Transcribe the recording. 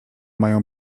mają